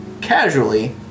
Casually